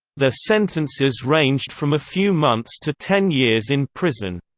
their sentences ranged from a few months to ten years in prison.